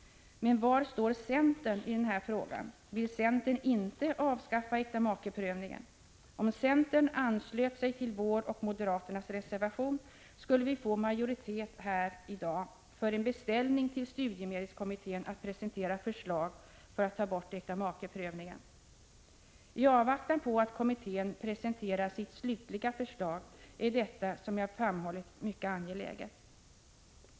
Men var står centern i den här frågan? Vill centern inte avskaffa äktamakeprövningen? Om centern anslöt sig till vår och moderaternas reservation, skulle vi få majoritet här i dag för en beställning till studiemedelskommittén att presentera förslag för att ta bort äktamakeprövningen. I avvaktan på att kommittén presenterar sitt slutliga förslag är detta, som jag har framhållit, mycket angeläget.